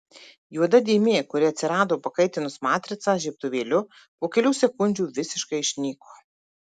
juoda dėmė kuri atsirado pakaitinus matricą žiebtuvėliu po kelių sekundžių visiškai išnyko